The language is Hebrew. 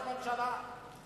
ראש ממשלה נחקר,